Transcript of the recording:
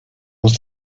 was